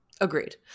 Agreed